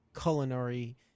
culinary